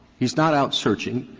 he's not out searching.